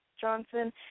Johnson